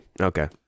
Okay